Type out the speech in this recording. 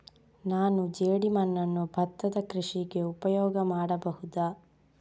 ನಾನು ಜೇಡಿಮಣ್ಣನ್ನು ಭತ್ತದ ಕೃಷಿಗೆ ಉಪಯೋಗ ಮಾಡಬಹುದಾ?